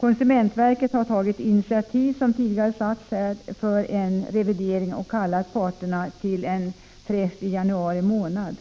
Konsumentverket har tagit initiativ, som tidigare sagts här, för en revidering och har kallat parterna till en träff i januari månad.